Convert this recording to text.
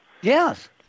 Yes